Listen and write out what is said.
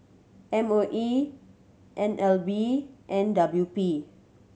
M O E N L B and W P